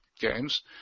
games